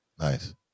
Nice